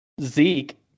Zeke